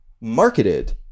marketed